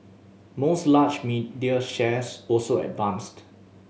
most large media shares also advanced